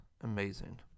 amazing